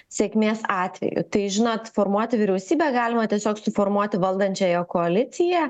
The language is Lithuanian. sėkmės atveju tai žinot formuoti vyriausybę galima tiesiog suformuoti valdančiąją koaliciją